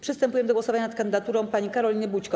Przystępujemy do głosowania nad kandydaturą pani Karoliny Bućko.